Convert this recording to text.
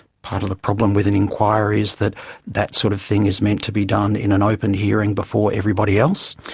part of the problem with an inquiry is that that sort of thing is meant to be done in an open hearing before everybody else.